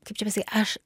kaip čia aš